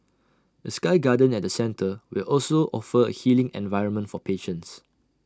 A sky garden at the centre will also offer A healing environment for patients